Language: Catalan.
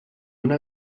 una